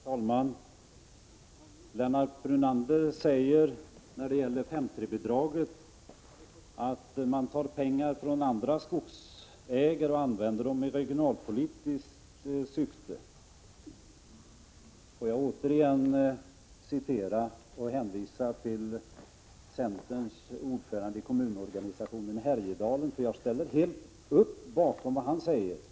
Herr talman! Lennart Brunander säger beträffande 5:3-bidraget att man tar pengar från andra skogsägare och använder dem i regionalpolitiskt syfte. Då vill jag återigen citera och hänvisa till centerns ordförande i kommunorganisationen i Härjedalen, och jag ställer helt upp bakom vad han säger.